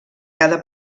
cada